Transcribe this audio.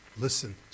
listen